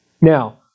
Now